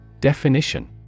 Definition